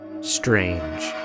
Strange